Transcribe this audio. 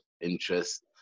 interest